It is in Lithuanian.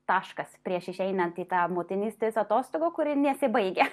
taškas prieš išeinant į tą motinystės atostogų kuri nesibaigia